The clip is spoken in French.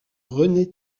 rené